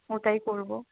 ওটাই করবো